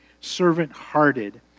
servant-hearted